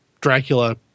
Dracula